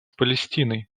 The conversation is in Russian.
палестиной